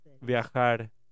viajar